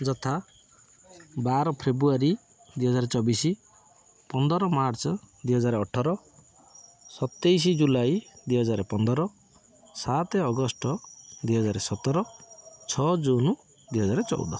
ଯଥା ବାର ଫେବୃଆରୀ ଦୁଇହଜାର ଚବିଶ ପନ୍ଦର ମାର୍ଚ୍ଚ ଦୁଇହଜାର ଅଠର ସତେଇଶି ଜୁଲାଇ ଦୁଇହଜାର ପନ୍ଦର ସାତ ଅଗଷ୍ଟ ଦୁଇହଜାର ସତର ଛଅ ଜୁନ ଦୁଇହଜାର ଚଉଦ